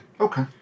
Okay